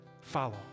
follow